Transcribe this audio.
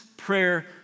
prayer